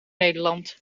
nederland